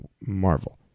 Marvel